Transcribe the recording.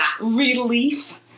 Relief